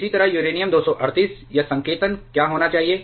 इसी तरह यूरेनियम 238 यह संकेतन क्या होना चाहिए